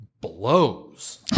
blows